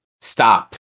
stop